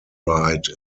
ride